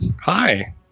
Hi